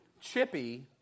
Chippy